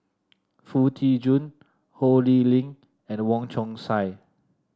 Foo Tee Jun Ho Lee Ling and Wong Chong Sai